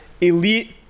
elite